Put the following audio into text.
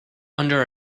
under